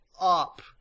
up